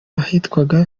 ahitwaga